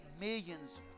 millions